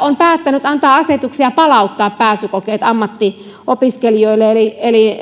on päättänyt antaa asetuksia palauttaa pääsykokeet ammattiopiskelijoille eli